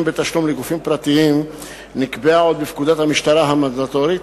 בתשלום לגופים פרטיים נקבעה עוד בפקודת המשטרה המנדטורית,